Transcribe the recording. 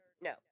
no